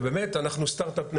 באמת אנחנו אומת הסטרט-אפ,